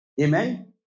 Amen